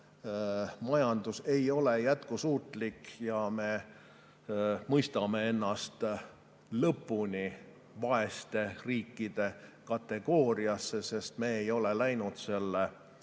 majandus ei ole jätkusuutlik ja me mõistame ennast lõpuni vaeste riikide kategooriasse, sest me ei ole läinud